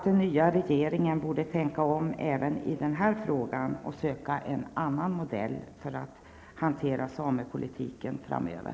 Den nya regeringen borde tänka om även i denna fråga och söka en annan modell för att hantera samepolitiken framöver.